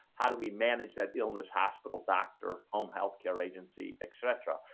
how do we manage that illness hospital doctor home health care agency, etc.